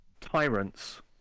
tyrants